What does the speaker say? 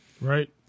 Right